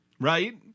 Right